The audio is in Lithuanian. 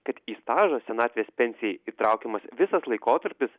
kad į stažą senatvės pensijai įtraukiamas visas laikotarpis